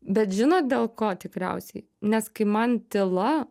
bet žinot dėl ko tikriausiai nes kai man tyla